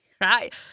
right